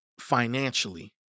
financially